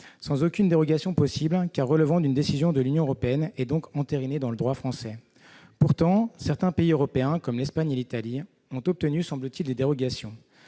Aucune dérogation n'était possible, car il s'agissait d'une décision de l'Union européenne, et donc entérinée dans le droit français. Pourtant, certains pays européens, notamment l'Espagne et l'Italie, ont obtenu, semble-t-il, des dérogations.